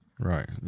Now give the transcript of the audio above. Right